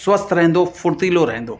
स्वस्थ रहंदो फ़ुर्तीलो रहंदो